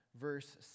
verse